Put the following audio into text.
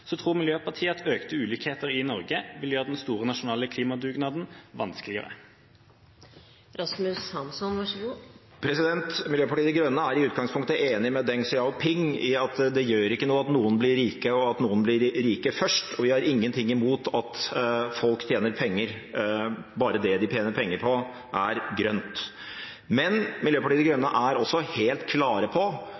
Tror Miljøpartiet De Grønne at økte ulikheter i Norge vil gjøre den store nasjonale klimadugnaden vanskeligere? Miljøpartiet De Grønne er i utgangspunktet enig med Deng Xiaoping i at det ikke gjør noe at noen blir rike, og at noen blir rike først, og vi har ingenting imot at folk tjener penger, bare det de tjener penger på, er grønt. Men Miljøpartiet De Grønne